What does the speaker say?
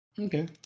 Okay